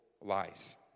lies